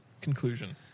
conclusion